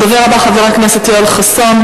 הדובר הבא, חבר הכנסת יואל חסון.